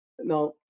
now